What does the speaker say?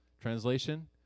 Translation